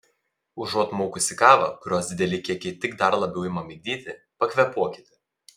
užuot maukusi kavą kurios dideli kiekiai tik dar labiau ima migdyti pakvėpuokite